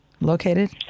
located